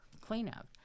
cleanup